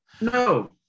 No